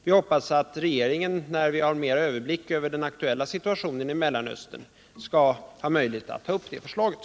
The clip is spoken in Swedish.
Vi hoppas att regeringen, när vi har mera överblick över den aktuella situationen i Mellanöstern, skall ha möjlighet att ta upp det förslaget.